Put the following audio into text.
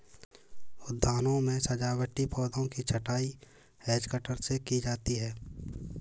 उद्यानों में सजावटी पौधों की छँटाई हैज कटर से की जाती है